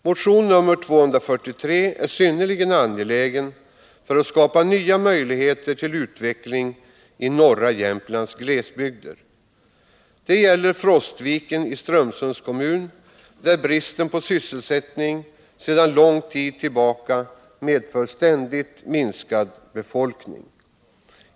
Motion 243 är synnerligen angelägen för att skapa nya möjligheter till utveckling i norra Jämtlands glesbygder. Det gäller Frostviken i Strömsunds kommun där bristen på sysselsättning sedan lång tid tillbaka medför ständigt minskad befolkning.